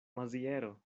maziero